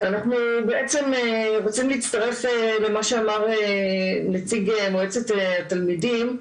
אנחנו בעצם רוצים להצטרף למה שאמר נציג מועצת התלמידים.